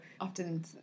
often